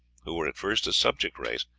who were at first a subject race,